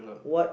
what